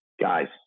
Guys